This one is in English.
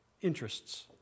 interests